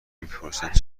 میپرسیدند